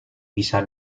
bisa